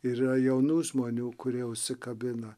yra jaunų žmonių kurie užsikabina